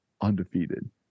Undefeated